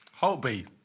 Holtby